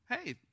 hey